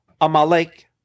Amalek